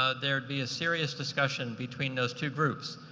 ah there'd be a serious discussion between those two groups.